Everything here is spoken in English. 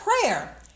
prayer